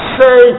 say